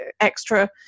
extra